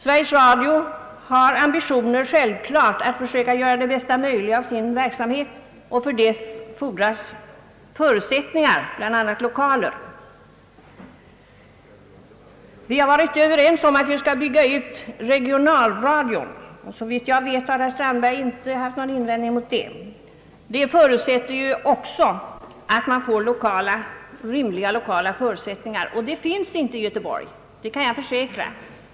Sveriges Radio har självfallet ambitioner att försöka göra det bästa möjliga av sin verksamhet, och för det fordras förutsättningar, bl.a. lokaler. Enighet har förelegat om att regionalradion skall byggas ut. Såvitt jag vet har herr Strandberg inte haft någon invändning på den punkten. Det förutsätter också rimliga lokala möjligheter. Sådana finns inte i Göteborg, det kan jag försäkra.